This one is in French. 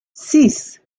six